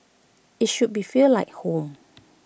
IT should be feel like home